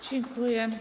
Dziękuję.